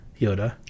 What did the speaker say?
Yoda